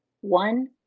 one